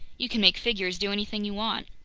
you can make figures do anything you want!